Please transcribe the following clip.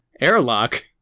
Airlock